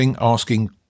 asking